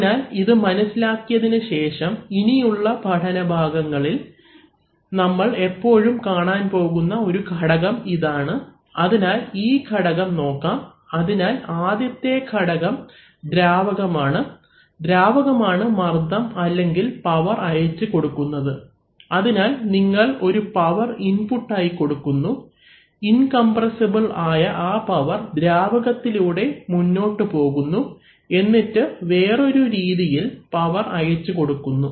അതിനാൽ ഇത് മനസ്സിലാക്കിയതിനു ശേഷം ഇനിയുള്ള പഠന ഭാഗങ്ങളിൽ നമ്മൾ എപ്പോഴും കാണാൻ പോകുന്ന ഒരു ഘടകം ഇതാണ് അതിനാൽ ഈ ഘടകം നോക്കാം അതിനാൽ ആദ്യത്തെ ഘടകം ദ്രാവകമാണ് ദ്രാവകമാണ് മർദ്ദം അല്ലെങ്കിൽ പവർ അയച്ചു കൊടുക്കുന്നത് അതിനാൽ നിങ്ങൾ ഒരു പവർ ഇൻപുട്ട് ആയി കൊടുക്കുന്നു ഇൻകംപ്രെസ്സിബിൽ ആയ ആ പവർ ദ്രാവകത്തിലൂടെ മുന്നോട്ടുപോകുന്നു എന്നിട്ട് വേറൊരു രീതിയിൽ പവർ അയച്ചു കൊടുക്കുന്നു